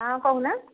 ହଁ କହୁନା